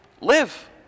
live